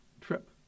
trip